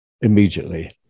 immediately